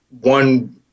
one